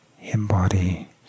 embody